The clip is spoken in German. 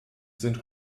sind